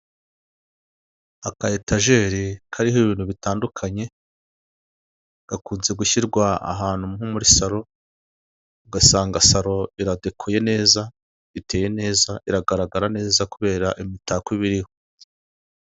Aka etajeri kariho ibintu bitandukanye, gakunze gushyirwa ahantu nko muri salo ugasanga salo iradekoye neza, iteye neza iragaragara neza kubera imitako iba iriho.